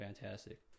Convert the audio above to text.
Fantastic